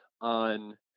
on